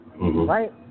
Right